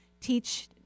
teach